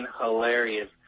hilarious